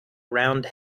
round